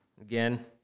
again